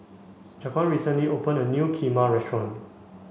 Jaquan recently opened a new Kheema restaurant